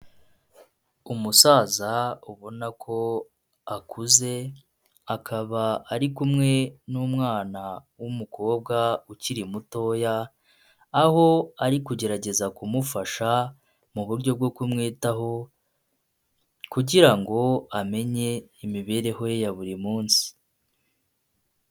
Umusaza ubona ko akuze akaba ari kumwe n'umwana w'umukobwa ukiri mutoya, aho ari kugerageza kumufasha mu buryo bwo kumwitaho kugira ngo amenye imibereho ye ya buri munsi.